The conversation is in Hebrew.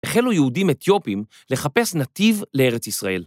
החלו יהודים אתיופים לחפש נתיב לארץ ישראל.